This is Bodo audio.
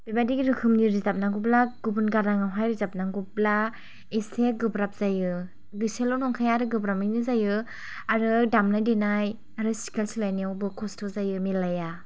बेबादि रोखोमनि रोजाबनांगौब्ला गुबुन गाराङावहाय रोजाबनांगौब्ला एसे गोब्राब जायो एसेल' नंखाया गोब्राबैनो जायो आरो दामनाय देनाय आरो स्किल्स सोलायनायावबो खस्थ' जायो मिलाया